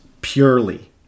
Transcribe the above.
purely